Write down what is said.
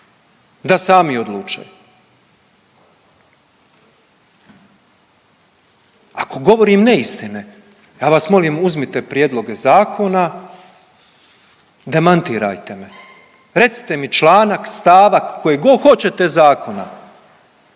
da sami odluče? Ako govorim neistine ja vas molim uzmite prijedloge zakona, demantirajte me, recite mi članak, stavak koji god hoćete zakona